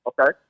Okay